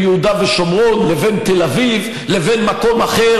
יהודה ושומרון לבין תל אביב לבין מקום אחר.